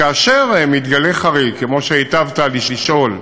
כאשר מתגלה חריג, כמו שהיטבת לשאול,